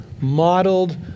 modeled